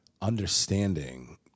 understanding